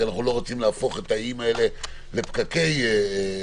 כי אנחנו לא רוצים להפוך את האיים האלה לפקקי תנועה,